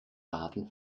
baden